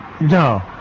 No